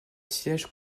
sièges